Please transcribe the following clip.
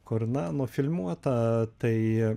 kur nufilmuota tai